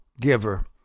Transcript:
giver